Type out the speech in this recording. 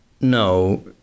No